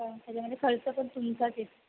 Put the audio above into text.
हो त्याच्यामध्ये खर्च पण तुमचाच येतो